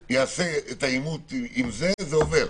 והוא יעשה את האימות עם זה זה עובר.